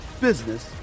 business